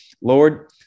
Lord